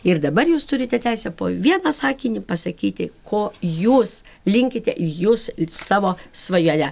ir dabar jūs turite teisę po vieną sakinį pasakyti ko jūs linkite jūs savo svajone